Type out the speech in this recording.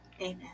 amen